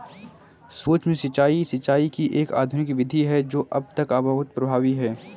सूक्ष्म सिंचाई, सिंचाई की एक आधुनिक विधि है जो अब तक बहुत प्रभावी है